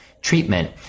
treatment